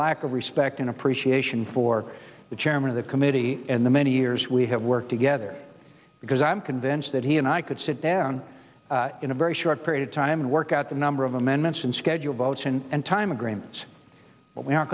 lack of respect and appreciation for the chairman of the committee and the many years we have worked together because i'm convinced that he and i could sit down in a very short period of time and work out the number of amendments and schedule votes and time agreements but we are